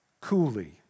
coolly